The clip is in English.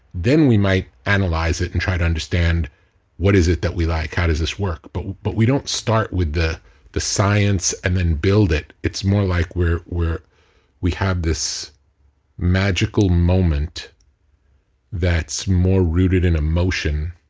then we might analyze it and try to understand what is it that we like, how does this work. but but we don't start with the the science and then build it, it's more like where where we have this magical moment that's more rooted in emotion.